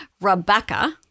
Rebecca